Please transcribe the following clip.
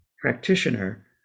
practitioner